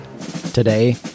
Today